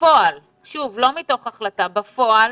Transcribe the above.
בפועל לא מתוך החלטה אלא בפועל